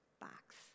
box